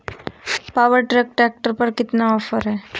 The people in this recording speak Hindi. पावर ट्रैक ट्रैक्टर पर कितना ऑफर है?